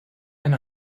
eine